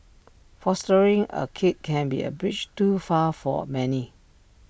fostering A kid can be A bridge too far for many